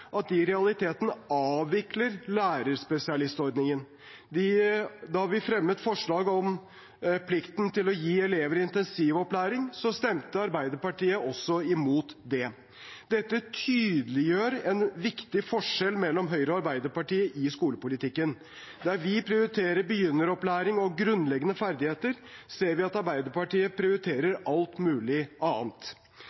at de i realiteten avvikler lærerspesialistordningen. Da vi fremmet forslaget om plikten til å gi elever intensivopplæring, stemte Arbeiderpartiet også imot det. Dette tydeliggjør en viktig forskjell mellom Høyre og Arbeiderpartiet i skolepolitikken. Der vi prioriterer begynneropplæring og grunnleggende ferdigheter, ser vi at Arbeiderpartiet prioriterer